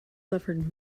suffered